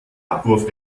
abwurf